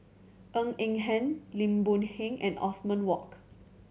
Ng Eng Hen Lim Boon Heng and Othman Wok